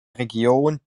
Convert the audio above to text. region